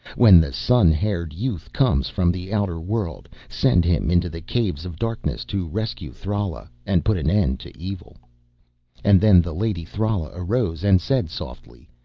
when the sun-haired youth comes from the outer world, send him into the caves of darkness to rescue thrala and put an end to evil and then the lady thrala arose and said softly,